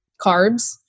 carbs